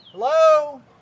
Hello